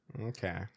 Okay